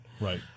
Right